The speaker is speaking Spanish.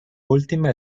última